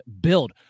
build